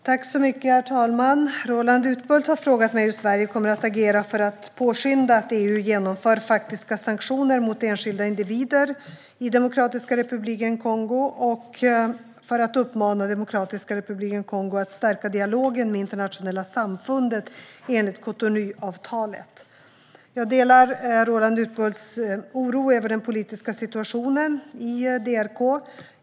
Herr talman! Roland Utbult har frågat mig hur Sverige kommer att agera för att påskynda att EU genomför faktiska sanktioner mot enskilda individer i Demokratiska republiken Kongo, och för att uppmana Demokratiska republiken Kongo att stärka dialogen med internationella samfundet enligt Cotonouavtalet. Jag delar Roland Utbults oro över den politiska situationen i DRK.